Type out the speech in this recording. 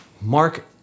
Mark